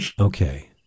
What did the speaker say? Okay